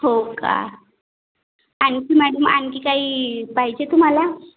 हो का आणखी मॅडम आणखी काही पाहिजे तुम्हाला